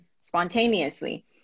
spontaneously